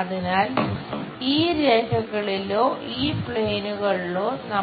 അതിനാൽ ഈ രേഖകളിലോ ഈ പ്ലെയിനുകളിലോ ആ